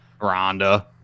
Rhonda